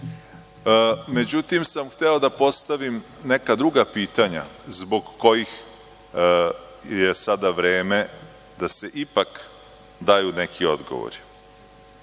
Međutim, hteo sam da postavim neka druga pitanja zbog kojih je sada vreme da se ipak daju neki odgovori. Prvo,